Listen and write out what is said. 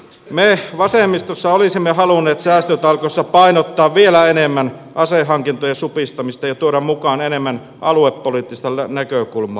me vasemmistossa olisimme halunneet säästötalkoissa painottaa vielä enemmän asehankintojen supistamista ja tuoda mukaan enemmän aluepoliittista näkökulmaa